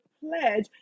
pledge